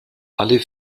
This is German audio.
alle